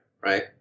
right